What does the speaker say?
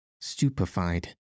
stupefied